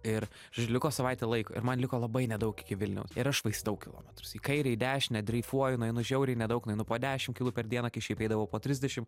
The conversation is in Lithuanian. ir žodžiu liko savaitė laiko ir man liko labai nedaug iki vilniaus ir aš švaistau kilometrus į kairę į dešinę dreifuoju nueinu žiauriai nedaug nueinu po dešim kilų per dieną kai šiaip eidavau po trisdešim